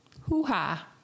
Hoo-ha